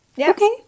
Okay